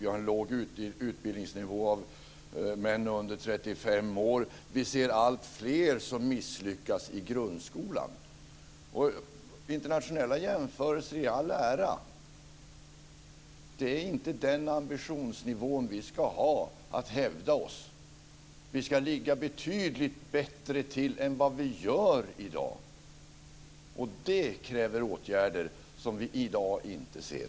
Vi har en låg utbildningsnivå hos män under 35 års ålder. Vi ser alltfler som misslyckas i grundskolan. Internationella jämförelser i all ära. Det är inte den ambitionsnivån vi ska ha, att hävda oss. Vi ska ligga betydligt bättre till än vad vi gör i dag. Det kräver åtgärder som vi i dag inte ser.